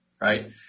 right